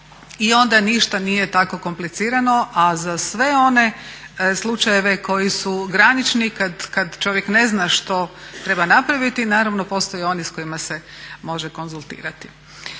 i onda ništa nije tako komplicirano. A za sve one slučajeve koji su granični, kad čovjek ne zna što treba napraviti naravno postoje oni s kojima se može konzultirati.